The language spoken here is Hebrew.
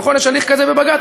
נכון, יש הליך כזה בבג"ץ?